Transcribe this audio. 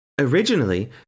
Originally